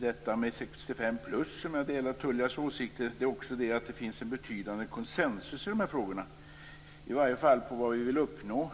detta med 65-plus som jag delar Tullias åsikter utan det gäller också att det finns en betydande konsensus i de här frågorna, i alla fall när det gäller vad vi vill uppnå.